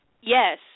Yes